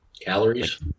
calories